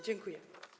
Dziękuję.